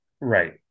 right